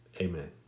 amen